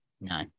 No